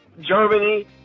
germany